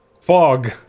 fog